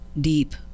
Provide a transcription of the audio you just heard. deep